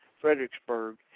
Fredericksburg